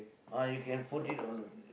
ah you can put in on the